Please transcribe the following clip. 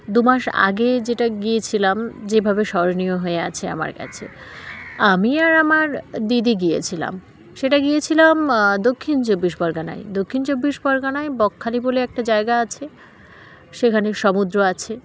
দু মাস আগে যেটা গিয়েছিলাম যেভাবে স্মরণীয় হয়ে আছে আমার কাছে আমি আর আমার দিদি গিয়েছিলাম সেটা গিয়েছিলাম দক্ষিণ চব্বিশ পরগনায় দক্ষিণ চব্বিশ পরগনায় বকখালি বলে একটা জায়গা আছে সেখানে সমুদ্র আছে